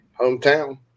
hometown